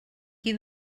qui